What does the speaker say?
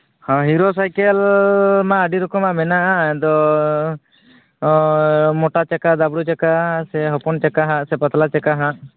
ᱦᱮᱸ ᱦᱤᱨᱳ ᱥᱟᱭᱠᱮᱹᱞ ᱢᱟ ᱟᱹᱰᱤ ᱨᱚᱠᱚᱢᱟᱜ ᱢᱮᱱᱟᱜᱼᱟ ᱟᱫᱚ ᱢᱚᱴᱟ ᱪᱟᱠᱟ ᱫᱟᱸᱵᱽᱲᱩ ᱪᱟᱠᱟ ᱥᱮ ᱦᱚᱯᱚᱱ ᱪᱟᱠᱟ ᱦᱟᱜ ᱥᱮ ᱯᱟᱛᱞᱟ ᱪᱟᱠᱟ ᱦᱟᱠᱜ